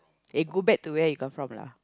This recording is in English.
eh go back to where you come from lah